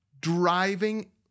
driving